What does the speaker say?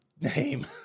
name